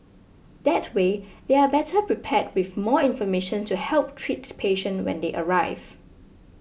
that way they are better prepared with more information to help treat the patient when they arrive